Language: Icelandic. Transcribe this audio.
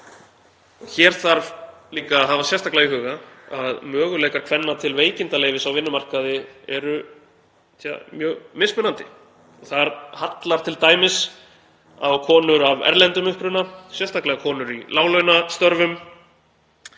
Hér þarf líka að hafa sérstaklega í huga að möguleikar kvenna til veikindaleyfis á vinnumarkaði eru mjög mismunandi og þar hallar t.d. á konur af erlendum uppruna, sérstaklega konur í láglaunastörfum.